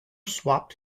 swapped